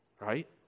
Right